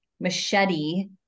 machete